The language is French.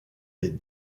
est